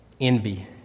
Envy